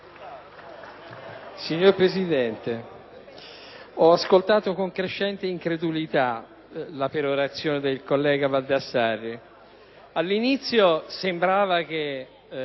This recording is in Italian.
Signor Presidente, ho ascoltato con crescente incredulitala perorazione del senatore Baldassarri.